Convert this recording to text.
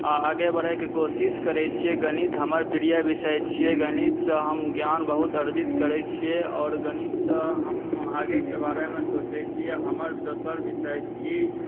आगे बढ़य के कोशिश करै छियै गणित हमर प्रिय विषय छियै गणित सॅं हम ज्ञान बहुत अर्जित करै छियै आओर गणित सॅं हम आगे के बारे मे सोचै छियै हमर दोसर विषय छी